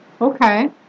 Okay